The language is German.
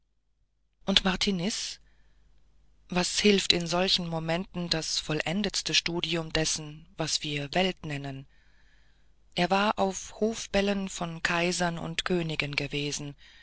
gepreßten herzen und martiniz was hilft in solchen momenten das vollendetste studium dessen was wir welt nennen er war auf hofbällen von kaisern und königen gewesen